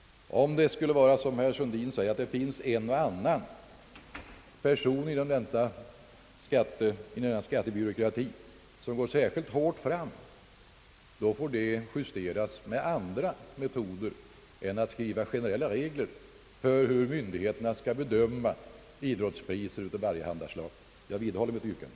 Om det nu skulle vara så, som herr Sundin säger, att en och annan person inom skattebyråkratin går hårt fram, får den saken justeras med andra metoder än sådana att det skrivs generella regler för hur myndigheterna skall bedöma idrottspriser av varjehanda slag. Jag vidhåller mitt yrkande.